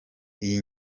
iyi